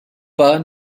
pas